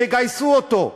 שיגייסו אותו.